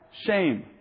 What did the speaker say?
shame